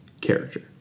character